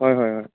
হয় হয় হয়